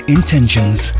Intentions